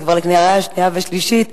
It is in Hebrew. זה כבר לקריאה שנייה ושלישית.